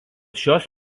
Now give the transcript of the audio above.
šios